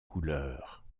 couleurs